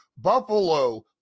Buffalo